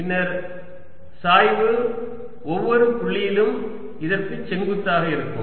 பின்னர் சாய்வு ஒவ்வொரு புள்ளியிலும் இதற்கு செங்குத்தாக இருக்கும்